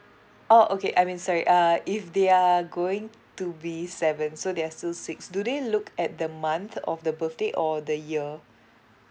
oh okay I mean sorry uh if they are going to be seven so they're still six do they look at the month of the birthday or the year